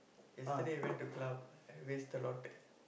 yesterday I went to club waste a lot